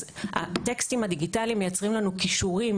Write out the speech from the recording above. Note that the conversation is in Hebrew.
אז הטקסטים הדיגיטליים מייצרים לנו קישורים